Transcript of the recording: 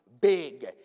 big